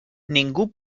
ningú